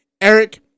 Eric